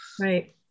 right